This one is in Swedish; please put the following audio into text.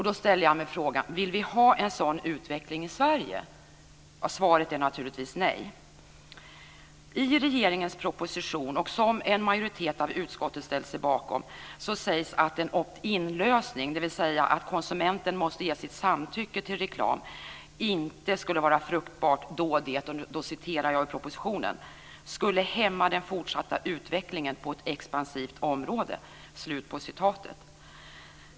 Då ställer jag mig frågan om vi vill ha en sådan utveckling i Sverige. Svaret är naturligtvis nej. I regeringens proposition, som en majoritet av utskottet ställt sig bakom, sägs att en opt in-lösning, dvs. att konsumenten måste ge sitt samtycke till reklam, inte skulle vara fruktbar då det, som det står i propositionen, "- skulle hämma den fortsatta utvecklingen på ett expansivt område".